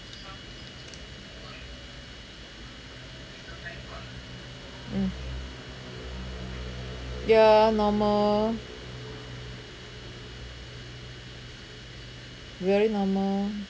mm ya normal very normal